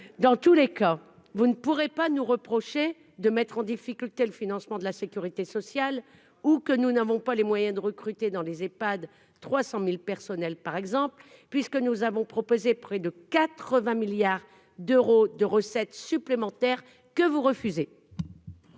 dans tous les cas, vous ne pourrez pas nous reprocher de mettre en difficulté le financement de la Sécurité sociale ou que nous n'avons pas les moyens de recruter dans les EPHAD 300000 personnels, par exemple, puisque nous avons proposé près de 80 milliards d'euros de recettes supplémentaires que vous refusez.